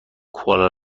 کوالا